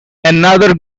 another